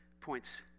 points